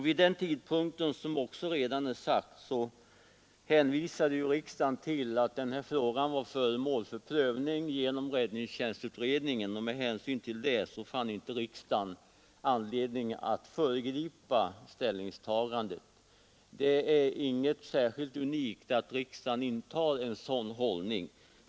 Vid den tidpunkten hänvisade riksdagen — det har också redan sagts — till att den här frågan var föremål för prövning genom räddningstjänstutredningen och fann inte skäl att föregripa dess ställningstagande. Det är inget särskilt unikt att riksdagen intar en sådan hållning.